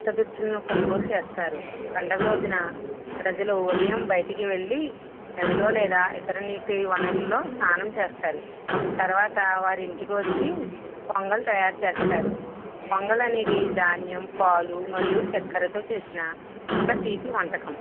కొత్త దుస్తులను కొనుగోలు చేస్తారు పండగ రోజున ప్రజలు ఉదయం బయటికి వెళ్ళి నదిలో లేదా ఇతర నీటి వనరుల్లో స్నానం చేస్తారు తర్వాత వారు ఇంటికి వచ్చి పొంగలి తయారు చేస్తారు పొంగలనేది ధాన్యం పాలు మరియు చక్కెరతో చేసిన ఒక తీపి వంటకం